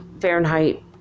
Fahrenheit